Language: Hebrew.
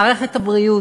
מערכת הבריאות,